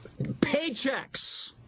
paychecks